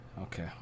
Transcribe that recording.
okay